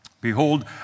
Behold